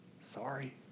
Sorry